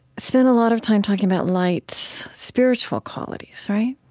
spent a lot of time talking about light's spiritual qualities, right?